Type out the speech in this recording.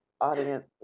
audience